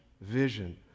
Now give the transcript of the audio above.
Vision